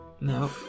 No